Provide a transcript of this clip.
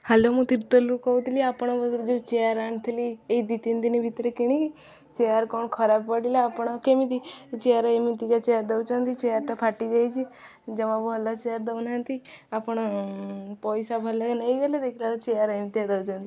hello ମୁଁ ତିର୍ତୋଲରୁ କହୁଥିଲି ଆପଣଙ୍କ ପାଖରୁ ଯେଉଁ ଚେୟାର ଆଣିଥିଲି ଏଇ ଦୁଇ ତିନି ଦିନ ଭିତରେ କିଣିକି ଚେୟାର କ'ଣ ଖରାପ ପଡ଼ିଲା ଆପଣ କେମିତି ଚେୟାର ଏମିତିକା ଚେୟାର ଦେଉଛନ୍ତି ଚେୟାରଟା ଫାଟି ଯାଇଛି ଜମା ଭଲ ଚେୟାର ଦଉନାହାନ୍ତି ଆପଣ ପଇସା ଭଲରେ ନେଇଗଲେ ଦେଖିଲାବେଳକୁ ଚେୟାର ଏମିତିଆ ଦେଉଛନ୍ତି